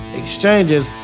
exchanges